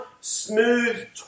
smooth